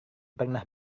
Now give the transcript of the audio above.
pernah